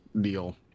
deal